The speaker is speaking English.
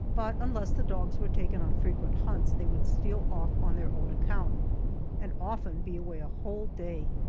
but unless the dogs were taken on frequent hunts, they would steal off on their own account and often be away a whole day,